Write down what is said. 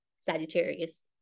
Sagittarius